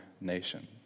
nation